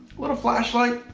little flashlight.